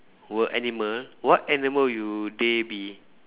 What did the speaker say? were animal what animal would they be